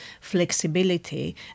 flexibility